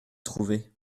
trouver